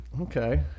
Okay